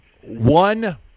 one